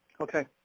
Okay